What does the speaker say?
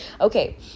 Okay